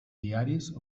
diaris